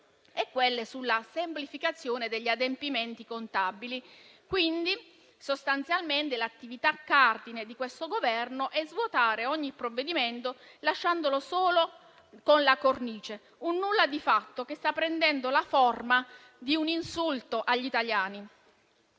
e quelle sulla semplificazione degli adempimenti contabili. Sostanzialmente, l'attività cardine di questo Governo è svuotare ogni provvedimento lasciandolo solo con la cornice: un nulla di fatto che sta prendendo la forma di un insulto agli italiani.